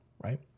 right